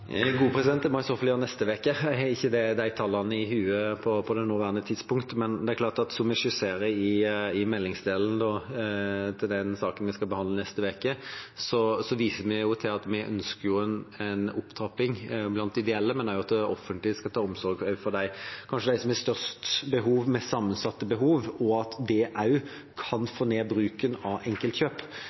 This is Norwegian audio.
Det må jeg i så fall gjøre neste uke, jeg har ikke de tallene i hodet på det nåværende tidspunkt. Det er klart at som vi skisserer i meldingsdelen til den saken vi skal behandle neste uke, viser vi til at vi ønsker en opptrapping blant ideelle, men også at det offentlige skal ta omsorg for dem, kanskje dem med størst behov, mest sammensatte behov, og at det også kan få ned bruken av enkeltkjøp,